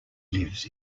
lives